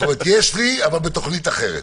זאת אומרת, יש לי, אבל בתוכנית אחרת.